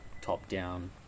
top-down